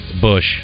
Bush